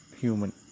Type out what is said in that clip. human